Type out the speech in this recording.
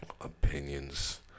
opinions